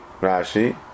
Rashi